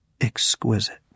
exquisite